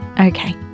Okay